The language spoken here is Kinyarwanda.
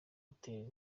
yatera